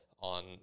on